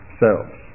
selves